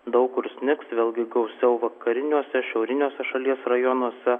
daug kur snigs vėlgi gausiau vakariniuose šiauriniuose šalies rajonuose